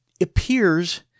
appears